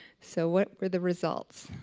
so what were the results?